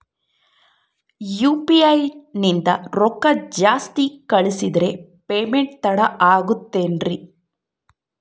UPI ನಿಂದ ರೊಕ್ಕ ಜಾಸ್ತಿ ಕಳಿಸಿದರೆ ಪೇಮೆಂಟ್ ತಡ ಆಗುತ್ತದೆ ಎನ್ರಿ?